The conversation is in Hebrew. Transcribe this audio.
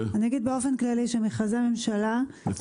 אני אגיד באופן כללי, שמכרזי הממשלה עומדים בחוק.